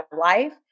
life